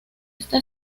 esta